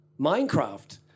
Minecraft